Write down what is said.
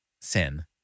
sin